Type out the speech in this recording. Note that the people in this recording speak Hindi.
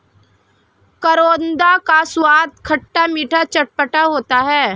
करौंदा का स्वाद खट्टा मीठा चटपटा होता है